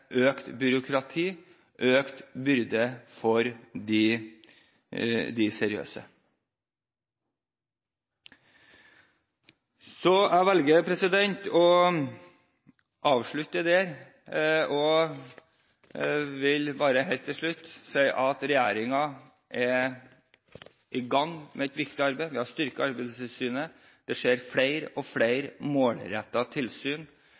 økt byråkrati, økt byrde for de seriøse. Jeg velger å avslutte der og vil bare helt til slutt si at regjeringen er i gang med et viktig arbeid. Vi har styrket Arbeidstilsynet. Det skjer flere og flere målrettede og koordinerte tilsyn